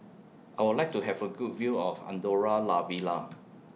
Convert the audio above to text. I Would like to Have A Good View of Andorra La Vella